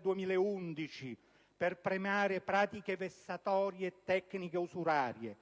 banchieri, per premiare pratiche vessatorie e tecniche usurarie;